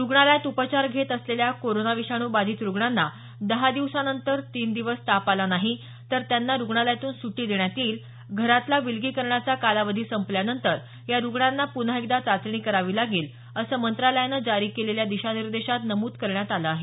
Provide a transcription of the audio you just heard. रुग्णालयात उपचार घेत असलेल्या कोरोना विषाणू बाधित रुग्णांना दहा दिवसानंतर तीन दिवस ताप आला नाही तर त्यांना रुग्णालयातून सुटी देण्यात येईल घरातला विलगीकरणाचा कालावधी संपल्यानंतर या रुग्णांना पुन्हा एकदा चाचणी करावी लागेल असं मंत्रालयानं जारी केलेल्या दिशानिर्देशात नमूद करण्यात आलं आहे